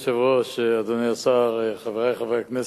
אדוני היושב-ראש, אדוני השר, חברי חברי הכנסת,